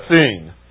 seen